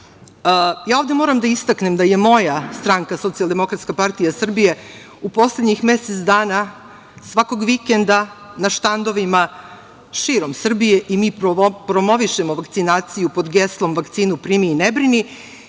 moram da istaknem da je moja stranka Socijaldemokratska partija Srbije u poslednjih mesec dana svakog vikenda na štandovima širom Srbije i mi promovišemo vakcinaciju pod geslom „vakcinu brini i ne brini“